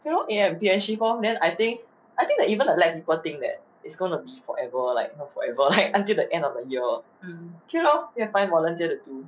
okay lor A_M and P_M shift lor then I think I think even the lab people think that it's gonna be like forever like not forever like until end of the year okay lor go find volunteer to do